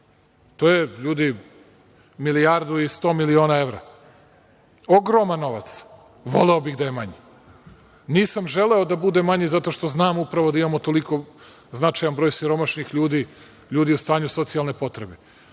to je milijardu i 100 miliona evra, ogroman novac. Voleo bih da je manje. Nisam želeo da bude manje zato što znam da imamo tako značajan broj siromašnih ljudi, ljudi u stanju socijalne potrebe. Moje